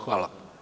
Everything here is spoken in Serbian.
Hvala.